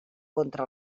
contra